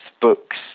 books